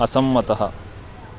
असम्मतः